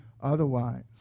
otherwise